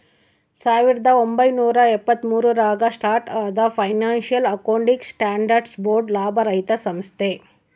ಸಾವಿರದ ಒಂಬೈನೂರ ಎಪ್ಪತ್ತ್ಮೂರು ರಾಗ ಸ್ಟಾರ್ಟ್ ಆದ ಫೈನಾನ್ಸಿಯಲ್ ಅಕೌಂಟಿಂಗ್ ಸ್ಟ್ಯಾಂಡರ್ಡ್ಸ್ ಬೋರ್ಡ್ ಲಾಭರಹಿತ ಸಂಸ್ಥೆ